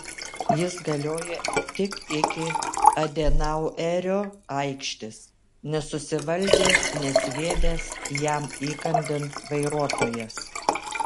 jis galioja tik iki adenauerio aikštės nesusivaldė nesviedęs jam įkandin vairuotojas